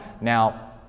Now